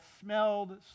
smelled